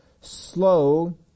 slow